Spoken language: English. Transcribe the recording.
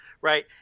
Right